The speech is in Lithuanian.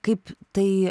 kaip tai